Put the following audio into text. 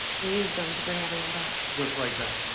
use them to bring everyone back. just like that?